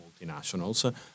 multinationals